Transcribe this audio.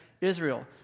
Israel